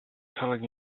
telling